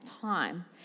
time